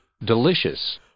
Delicious